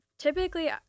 Typically